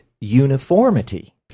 uniformity